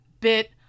bit